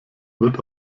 wird